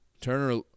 Turner